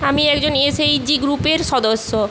আমি একজন এসএইচজি গ্রুপের সদস্য